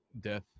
death